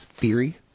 theory